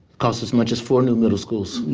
cost as much as four new middle schools.